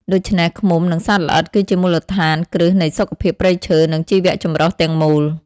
ដូច្នេះ ឃ្មុំ និងសត្វល្អិតគឺជាមូលដ្ឋានគ្រឹះនៃសុខភាពព្រៃឈើ និងជីវៈចម្រុះទាំងមូល។